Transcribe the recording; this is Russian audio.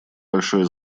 большое